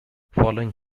following